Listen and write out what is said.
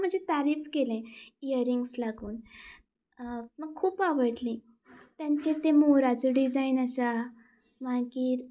म्हजी तारीफ केले इयरिंग्स लागून म्हाका खूब आवडली तांचेर तें मोराचे डिजायन आसा मागीर